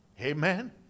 amen